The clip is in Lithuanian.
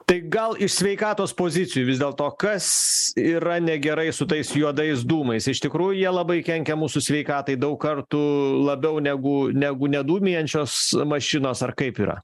tai gal iš sveikatos pozicijų vis dėl to kas yra negerai su tais juodais dūmais iš tikrųjų jie labai kenkia mūsų sveikatai daug kartų labiau negu negu ne dūmijančios mašinos ar kaip yra